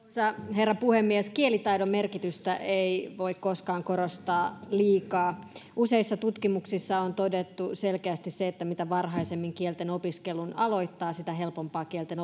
herra puhemies kielitaidon merkitystä ei voi koskaan korostaa liikaa useissa tutkimuksissa on todettu selkeästi se että mitä varhaisemmin kielten opiskelun aloittaa sitä helpompaa kielten